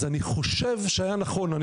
אז אני חושב שהיה נכון,